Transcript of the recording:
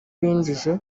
binjije